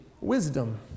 wisdom